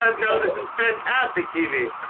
and no, this is fantastic tv!